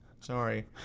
sorry